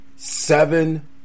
Seven